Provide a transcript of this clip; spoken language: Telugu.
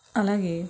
అలాగే